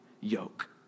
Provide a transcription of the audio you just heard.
yoke